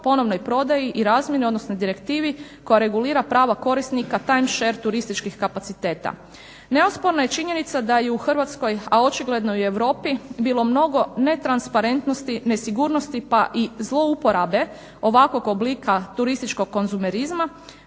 ponovnoj prodaji i razmjeni, odnosno direktivi koja regulira prava korisnika time share turističkih kapaciteta. Neosporna je činjenica da je u Hrvatskoj, a očigledno i u Europi bilo mnogo netransparentnosti, nesigurnosti pa i zlouporabe ovakvog oblika turističkog konzumerizma